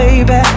Baby